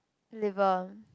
liver